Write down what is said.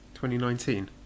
2019